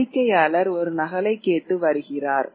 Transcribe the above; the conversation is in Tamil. வாடிக்கையாளர் ஒரு நகலைக் கேட்டு வருகிறார்